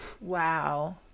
Wow